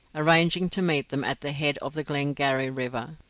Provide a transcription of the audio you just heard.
arranging to meet them at the head of the glengarry river.